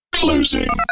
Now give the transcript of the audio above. closing